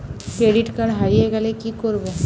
Credit card হারিয়ে গেলে কি করব?